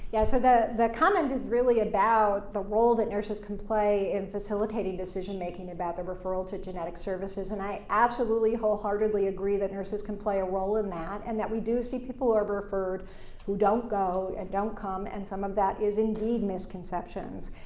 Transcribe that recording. yeah, so the the comment is really about the role that nurses can play in facilitating decision making about the referral to genetic services. and i absolutely wholeheartedly agree that nurses can play a role in that, and that we do see people who are but referred who don't go and don't come, and some of that is indeed misconceptions.